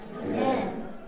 Amen